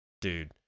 dude